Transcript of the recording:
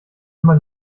immer